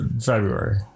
February